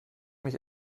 mich